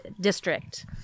district